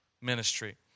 ministry